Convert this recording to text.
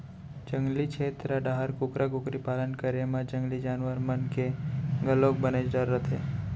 जंगली छेत्र डाहर कुकरा कुकरी पालन करे म जंगली जानवर मन के घलोक बनेच डर रथे